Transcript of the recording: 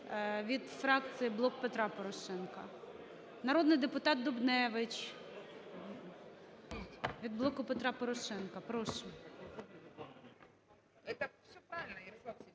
від фракції "Блок Петра Порошенка". Народний депутат Дубневич від "Блоку Петра Порошенка", прошу.